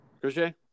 Crochet